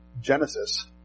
Genesis